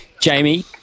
Jamie